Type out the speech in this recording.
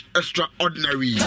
extraordinary